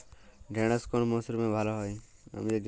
ঢেঁড়শ কোন মরশুমে ভালো হয়?